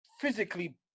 physically